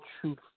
truth